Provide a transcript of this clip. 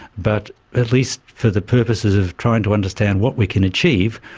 but at least for the purposes of trying to understand what we can achieve,